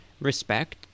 respect